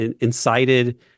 incited